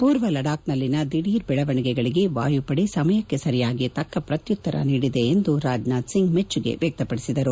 ಪೂರ್ವ ಲಡಾಖ್ನಲ್ಲಿನ ದಿಢೀರ್ ಬೆಳವಣಿಗೆಗಳಿಗೆ ವಾಯುಪಡೆ ಸಮಯಕ್ಕೆ ಸರಿಯಾಗಿ ತಕ್ಕ ಪ್ರತ್ಯುತ್ತರ ನೀಡಿದೆ ಎಂದು ರಾಜನಾಥ್ ಸಿಂಗ್ ಮೆಚ್ಚುಗೆ ವ್ಯಕ್ತಪಡಿಸಿದರು